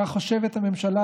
כך חושבת הממשלה,